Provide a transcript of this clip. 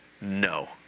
no